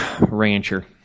rancher